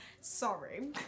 Sorry